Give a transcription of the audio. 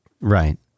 right